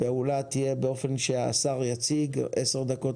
הפעולה תהיה באופן שהשר יציג 15-10 דקות